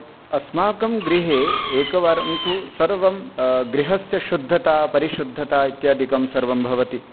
अस्माकं गृहे एकवारं तु सर्वं गृहस्य शुद्धता परिशुद्धता इत्यादिकं सर्वं भवति